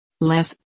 Less